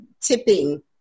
tipping